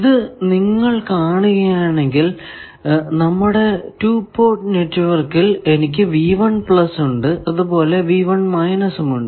ഇത് നിങ്ങൾ കാണുകയാണെങ്കിൽ നമ്മുടെ 2 പോർട്ട് നെറ്റ്വർക്കിൽ എനിക്ക് ഉണ്ട് അതുപോലെ ഉണ്ട്